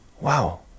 wow